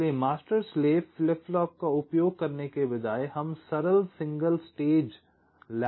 इसलिए master slave flip flop का उपयोग करने के बजाय हम सरल सिंगल स्टेज लैच का उपयोग कर सकते हैं